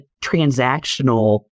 transactional